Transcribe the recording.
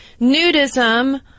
nudism